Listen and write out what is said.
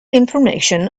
information